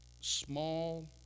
small